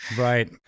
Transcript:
Right